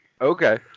Okay